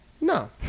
no